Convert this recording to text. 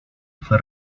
fue